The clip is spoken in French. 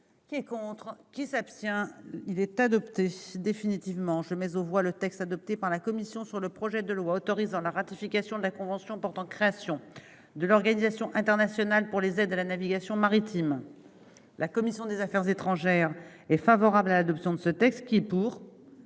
Qui est contre qui s'abstient-il être adopté définitivement je mais on voit le texte adopté par la commission sur le projet de loi autorisant la ratification de la convention portant création de l'Organisation internationale pour les aides à la navigation maritime, la commission des Affaires étrangères est favorable à l'adoption de ce texte qui, pour